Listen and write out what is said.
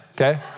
okay